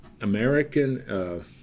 American